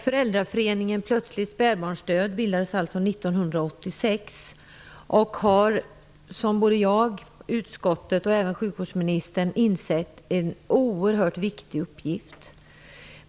Föräldraföreningen Plötslig spädbarnsdöd bildades 1986 och har, som jag, socialutskottet och även sjukvårdsministern insett, en oerhört viktig uppgift.